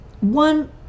One